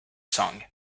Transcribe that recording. song